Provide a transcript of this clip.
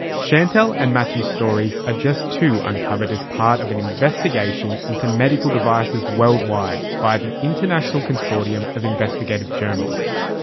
chantelle and mathew's stories are just two uncovered as part of an investigation into medical devices worldwide by the international consortium of investigative journalists.